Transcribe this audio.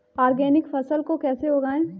Organic फसल को कैसे उगाएँ?